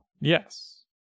yes